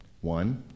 One